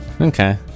Okay